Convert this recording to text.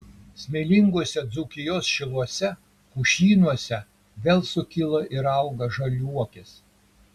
smėlinguose dzūkijos šiluose pušynuose vėl sukilo ir auga žaliuokės